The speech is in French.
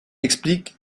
explique